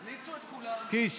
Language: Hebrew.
קיש,